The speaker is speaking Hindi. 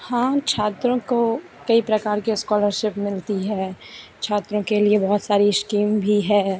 हाँ हम छात्रों को कई प्रकार की इस्कॉलरशिप मिलती है छात्रों के लिए बहुत सारी इस्कीम भी है